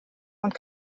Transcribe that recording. und